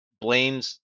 blames